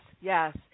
yes